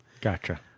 Gotcha